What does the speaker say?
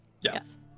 Yes